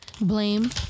Blame